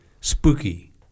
Spooky